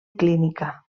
clínica